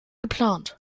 geplant